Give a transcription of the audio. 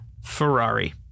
Ferrari